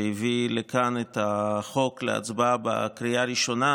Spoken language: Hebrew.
שהביא לכאן את החוק להצבעה בקריאה ראשונה,